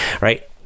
right